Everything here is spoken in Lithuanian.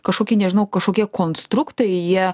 kažkoki nežinau kažkokie konstruktai jie